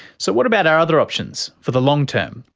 so what about our other options for the long term?